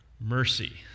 Mercy